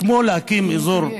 כמו להקים אזור תעשייה,